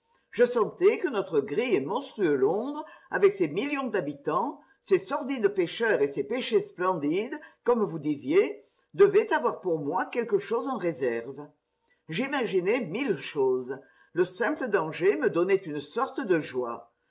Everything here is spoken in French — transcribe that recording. je sentais que notre gris et monstrueux londres avec ses millions d'habitants ses sordides pécheurs et ses péchés splendides comme vous disiez devait avoir pour moi quelque chose en réserve j'imaginais mille choses le simple danger me donnait une sorte de joie